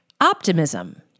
Optimism